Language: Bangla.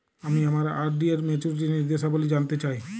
আমি আমার আর.ডি এর মাচুরিটি নির্দেশাবলী জানতে চাই